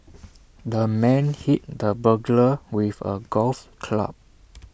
the man hit the burglar with A golf club